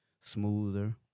smoother